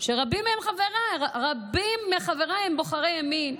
שרבים מהם חבריי, רבים מחבריי הם בוחרי ימין.